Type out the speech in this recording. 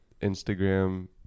Instagram